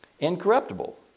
Incorruptible